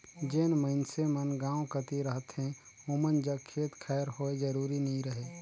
जेन मइनसे मन गाँव कती रहथें ओमन जग खेत खाएर होए जरूरी नी रहें